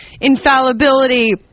infallibility